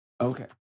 Okay